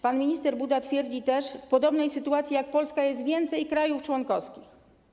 Pan minister Buda twierdzi też: W podobnej sytuacji jak Polska jest więcej krajów członkowskich.